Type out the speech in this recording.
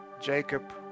Jacob